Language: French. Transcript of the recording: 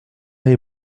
est